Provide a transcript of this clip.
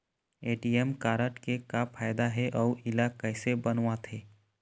ATM card के का फायदा हे अऊ इला कैसे बनवाथे?